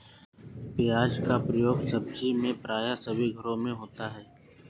प्याज का प्रयोग सब्जी में प्राय सभी घरों में होता है